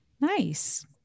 nice